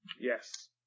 Yes